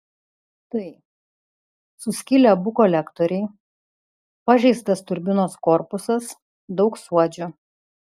tai suskilę abu kolektoriai pažeistas turbinos korpusas daug suodžių